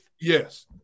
Yes